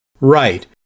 Right